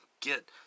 get